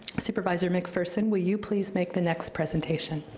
supervisor mcpherson, will you please make the next presentation?